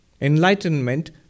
Enlightenment